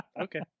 Okay